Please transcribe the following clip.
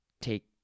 take